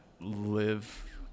live